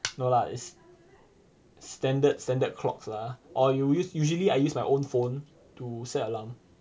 no lah it's standard standard clocks lah or you use usually I use my own phone to set alarm